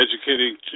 educating